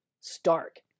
stark